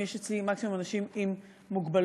יש אצלי מקסימום אנשים עם מוגבלות,